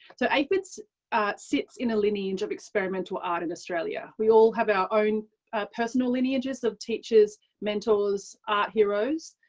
so aphids sits in a lynn age of experimental art in australia. we all have our own personal lineages of teachers, mentors, art heroes.